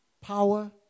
power